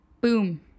Boom